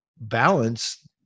balance